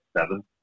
seven